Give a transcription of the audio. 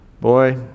boy